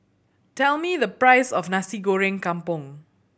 tell me the price of Nasi Goreng Kampung